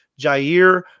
Jair